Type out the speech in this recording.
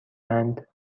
اند